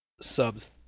Subs